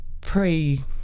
pre